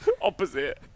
Opposite